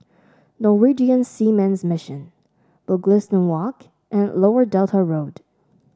Norwegian Seamen's Mission Mugliston Walk and Lower Delta Road